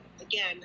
again